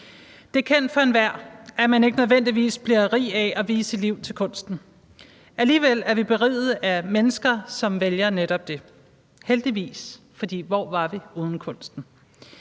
Det er kendt for enhver, at man ikke nødvendigvis bliver rig af at vie sit liv til kunsten. Alligevel er vi beriget af mennesker, som vælger netop det, heldigvis, for hvor var vi uden kunsten?